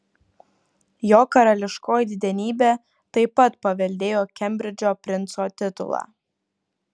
jo karališkoji didenybė taip pat paveldėjo kembridžo princo titulą